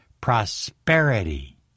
prosperity